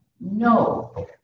No